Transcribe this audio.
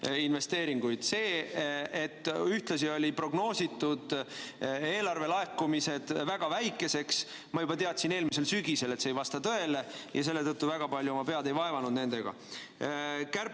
investeeringuid. See, et ühtlasi olid eelarvelaekumised prognoositud väga väikeseks – ma teadsin juba eelmisel sügisel, et see ei vasta tõele, ja selle tõttu väga palju oma pead ei vaevanud nendega.